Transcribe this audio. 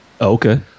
Okay